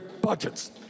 budgets